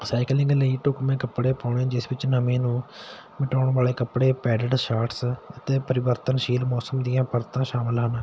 cycling ਲਈ ਢੁਕਵੇਂ ਕੱਪੜੇ ਪਾਉਣੇ ਜਿਸ ਵਿੱਚ ਨਮੀਂ ਨੂੰ ਮਿਟਾਉਣ ਵਾਲੇ ਕੱਪੜੇ ਪੈਟ ਸ਼ਰਟਸ ਅਤੇ ਪਰਿਵਰਤਨਸ਼ੀਲ ਮੌਸਮ ਦੀਆਂ ਵਸਤਾਂ ਸ਼ਾਮਿਲ ਹਨ